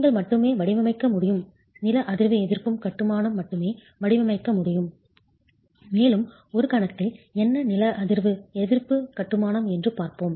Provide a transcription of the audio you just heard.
நீங்கள் மட்டுமே வடிவமைக்க முடியும் நில அதிர்வு எதிர்க்கும் கட்டுமானம் மட்டுமே வடிவமைக்க முடியும் மேலும் ஒரு கணத்தில் என்ன நில அதிர்வு எதிர்ப்பு கட்டுமானம் என்று பார்ப்போம்